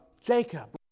Jacob